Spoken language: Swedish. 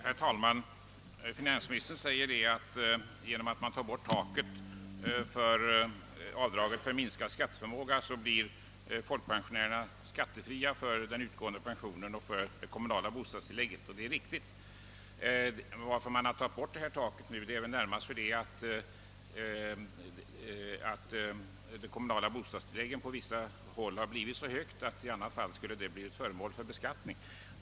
Herr talman! Finansministern säger att genom att vi tar bort taket för avdraget för minskad skatteförmåga blir folkpensionärerna fria från skatt för den utgående pensionen och det kommunala bostadstillägget. Detta är riktigt. Anledningen till att taket tas bort är väl närmast att det kommunala bostadstillägget på vissa håll blivit så högt att det i annat fall skulle bli föremål för beskattning.